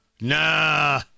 Nah